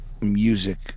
music